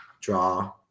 draw